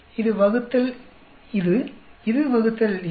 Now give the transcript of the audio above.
இது வகுத்தல் இது இது வகுத்தல் இது